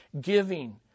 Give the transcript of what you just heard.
giving